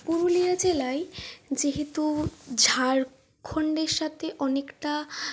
পুরুলিয়া জেলায় যেহেতু ঝাড়খন্ডের সাথে অনেকটা